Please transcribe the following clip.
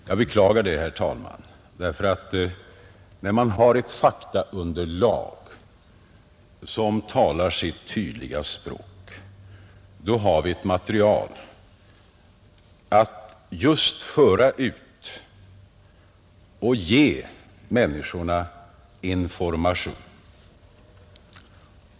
Jag beklagar det, herr talman, därför att när vi har ett faktaunderlag som talar sitt tydliga språk, då har vi ett material just för att ge människorna information.